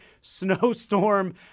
snowstorm